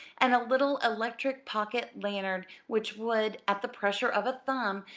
and a little electric pocket lantern which would, at the pressure of a thumb,